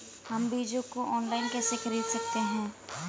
हम बीजों को ऑनलाइन कैसे खरीद सकते हैं?